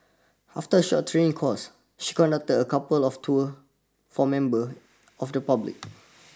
after a short training course she conducted a couple of tours for members of the public